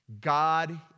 God